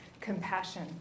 compassion